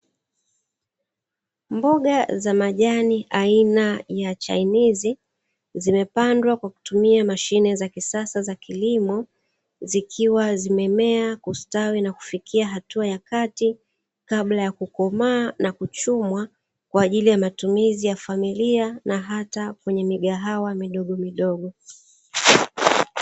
Mboga za majani aina ya chainizi zimepandwa kwa kutumia mashine za kisasa za kilimo, zikiwa zimemea, kustawi na kufikia hatua ya kati, kabla ya kukomaa na kuchumwa kwa ajili ya matumizi ya familia na hata kwenye migahawa midogomidogo.